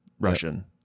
Russian